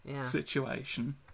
situation